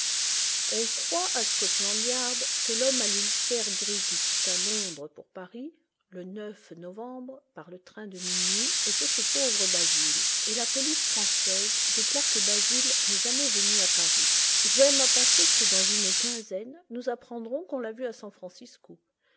on croit à scotland yard que l'homme à l'ulster gris qui quitta londres pour paris le neuf novembre par le train de minuit était ce pauvre basil et la police française déclare que basil n'est jamais venu à paris j'aime à penser que dans une quinzaine nous apprendrons qu'on l'a vu à